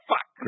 Fuck